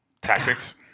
Tactics